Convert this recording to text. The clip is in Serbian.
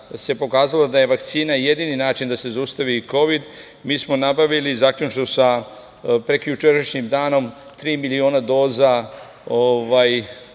kada se pokazalo da je vakcina jedini način da se zaustavi kovid, mi smo nabavili zaključno sa prekjučerašnjim danom tri miliona doza vakcina